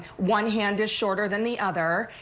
one hand is shorter than the other,